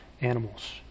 animals